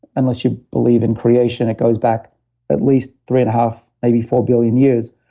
unless you believe in creation, it goes back at least three and a half, maybe four billion years.